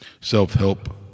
self-help